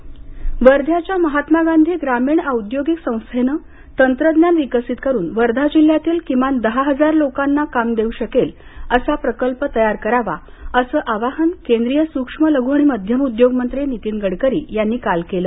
गडकरी वर्ध्याच्या महात्मा गांधी ग्रामीण औद्योगिक संस्थेनं तंत्रज्ञान विकसित करुन वर्धा जिल्ह्यातील किमान दहा हजार लोकांना काम देऊ शकेल असा प्रकल्प तयार करावा असं आवाहन केंद्रीय सुक्ष्म लघू आणि मध्यम उद्योगमंत्री नीतीन गडकरी यांनी काल केलं